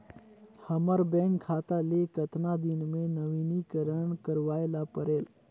हमर बैंक खाता ले कतना दिन मे नवीनीकरण करवाय ला परेल?